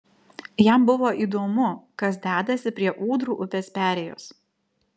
jam buvo įdomu kas dedasi prie ūdrų upės perėjos